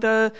the